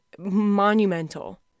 monumental